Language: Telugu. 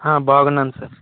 హా బాగున్నాను సార్